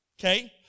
Okay